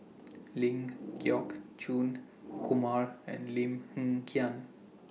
Ling Geok Choon Kumar and Lim Hng Kiang